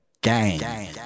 Gang